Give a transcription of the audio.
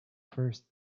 first